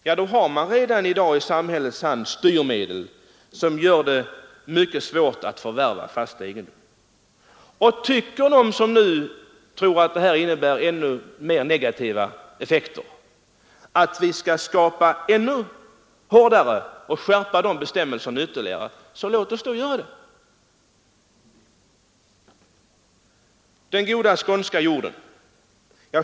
Då måste det påpekas att samhället redan i dag har styrmedel som gör det mycket svårt att förvärva fast egendom. Om nu de människor som tror att detta innebär ännu fler negativa effekter anser att vi skall skärpa bestämmelserna ytterligare, så låt oss då göra det.